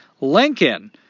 Lincoln